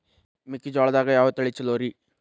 ಮೆಕ್ಕಿಜೋಳದಾಗ ಯಾವ ತಳಿ ಛಲೋರಿ?